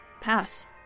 Pass